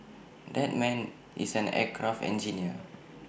that man is an aircraft engineer